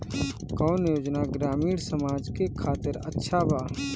कौन योजना ग्रामीण समाज के खातिर अच्छा बा?